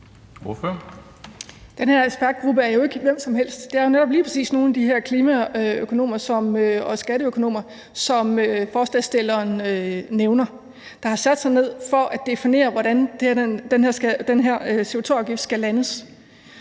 Den her ekspertgruppe er jo ikke hvem som helst; det er jo netop lige præcis nogle af de her klimaøkonomer og skatteøkonomer, som forslagsstilleren nævner. De har sat sig ned for at definere, hvordan den her CO2-afgift skal landes.